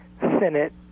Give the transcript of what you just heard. Senate